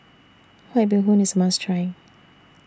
White Bee Hoon IS A must Try